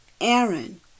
Aaron